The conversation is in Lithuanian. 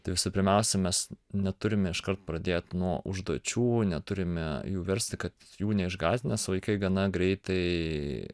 tai visų pirmiausia mes neturime iškart pradėt nuo užduočių neturime jų versti kad jų neišgąsdinęs vaikai gana greitai